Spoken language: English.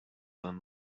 than